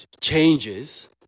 changes